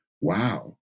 wow